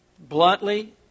Bluntly